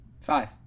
five